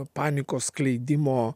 panikos skleidimo